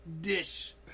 dish